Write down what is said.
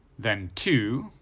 then two,